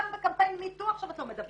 גם בקמפיין Me Too עכשיו את לא מדברת.